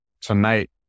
tonight